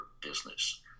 business